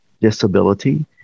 disability